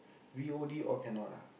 V_O_D all cannot ah